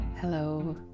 hello